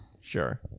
sure